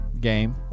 game